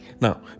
Now